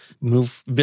move